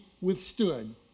withstood